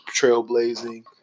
trailblazing